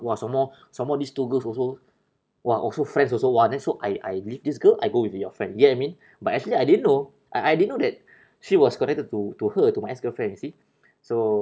!wah! some more some more these two girls also !wah! also friends also !wah! then so I I leave this girl I go with your friend get I mean but actually I didn't know I I didn't know that she was connected to to her to my ex girlfriend you see so